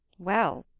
well,